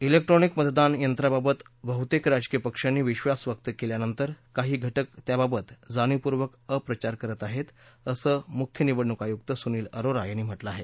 िक्ट्रॉनिक मतदान यंत्रांबाबत बहुतेक राजकीय पक्षांनी विश्वास व्यक्त केल्यानंतरही काही घटक त्याबाबत जाणीवपूर्वक अपप्रचार करत आहेत असं मुख्य निवडणूक आयुक सुनील अरोरा यांनी म्हटलं आहे